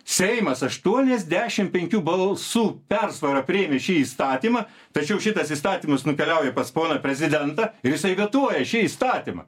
seimas aštuoniasdešimt penkių balsų persvara priėmė šį įstatymą tačiau šitas įstatymas nukeliauja pas poną prezidentą ir jisai vetuoja šį įstatymą